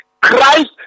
Christ